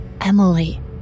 Emily